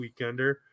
Weekender